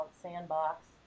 sandbox